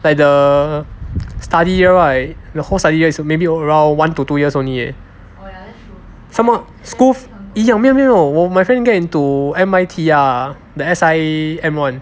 like the study year right the whole study year is maybe around one to two years only leh some more schools fees 一样没有没有我 my friend got into M_I_T ah the S_I_M [one]